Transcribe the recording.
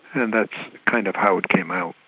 and that's kind of how it came out.